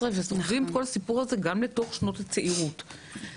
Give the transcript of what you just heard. וסוחבים את כל הסיפור הזה גם אל תוך שנות הצעירות שלהם.